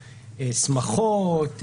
שמחות,